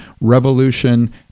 revolution